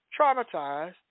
traumatized